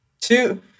two